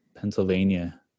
Pennsylvania